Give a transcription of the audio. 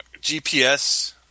GPS